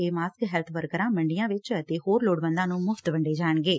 ਇਹ mask health ਵਰਕਰਾਂ ਮੰਡੀਆਂ ਵਿੱਚ ਅਤੇ ਹੋਰ ਲੋੜਵੰਦਾਂ ਨੂੰ ਮੁਫ਼ਤ ਵੰਡੇ ਜਾਣਗੇ